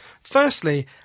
Firstly